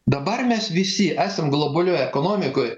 dabar mes visi esam globalioj ekonomikoj